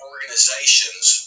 organizations